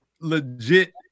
Legit